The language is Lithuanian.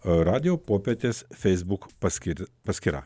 radijo popietės feisbuk paskir paskyra